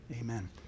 Amen